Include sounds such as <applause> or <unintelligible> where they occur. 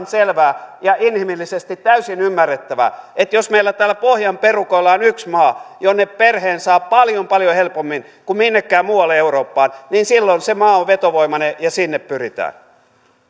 <unintelligible> selvää ja inhimillisesti täysin ymmärrettävää että jos meillä täällä pohjan perukoilla on yksi maa jonne perheen saa paljon paljon helpommin kuin minnekään muualle eurooppaan niin silloin se maa on vetovoimainen ja sinne pyritään